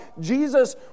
Jesus